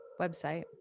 website